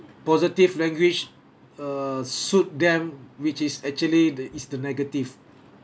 positive language err suit them which is actually the is the negative